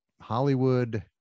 Hollywood